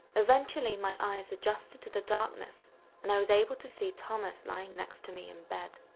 eventually, my eyes adjusted to the darkness and i was able to see thomas lying next to me in bed.